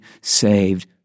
saved